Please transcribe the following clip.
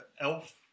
Elf